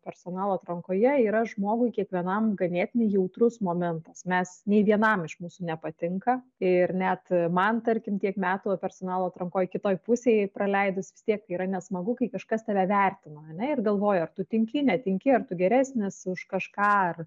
personalo atrankoje yra žmogui kiekvienam ganėtinai jautrus momentas mes nei vienam iš mūsų nepatinka ir net man tarkim tiek metų personalo atrankoj kitoj pusėj praleidus vis tiek yra nesmagu kai kažkas tave vertina ane ir galvoja ar tu tinki netinki ar tu geresnis už kažką ar